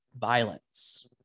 violence